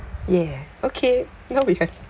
yeah okay now we have